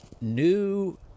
new